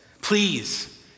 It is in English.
Please